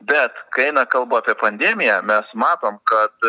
bet kai eina kalba apie pandemiją mes matom kad